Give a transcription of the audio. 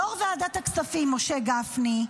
יו"ר ועדת הכספים משה גפני,